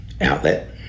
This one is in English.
outlet